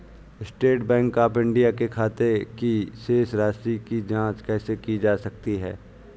State Bank of India के खाते की शेष राशि की जॉंच कैसे की जा सकती है?